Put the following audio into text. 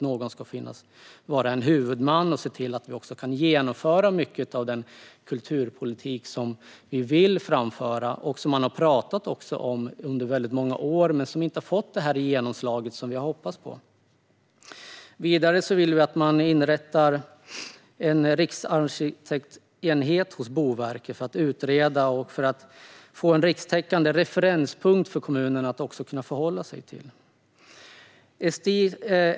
Någon bör vara huvudman och se till att man kan genomföra mycket av den kulturpolitik som vi vill genomföra. Det har under väldigt många år talats om detta, men det har inte fått det genomslag som vi har hoppats på. Sverigedemokraterna vill vidare att en riksarkitektenhet inrättas hos Boverket. Man bör utreda en sådan för att få en rikstäckande referenspunkt för kommunerna att kunna förhålla sig till.